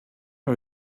are